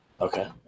Okay